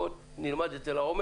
בואו נלמד את זה לעומק,